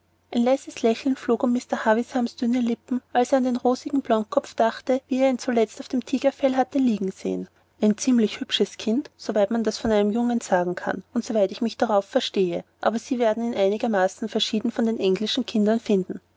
ein leises lächeln flog um mr havishams dünne lippen als er an den rosigen blondkopf dachte wie er ihn zuletzt auf dem tigerfell hatte liegen sehen ein ziemlich hübsches kind soweit man das von einem jungen sagen kann und soweit ich mich drauf verstehe aber sie werden ihn einigermaßen verschieden von den englischen kindern finden